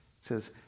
says